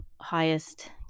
highest